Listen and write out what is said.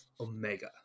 Omega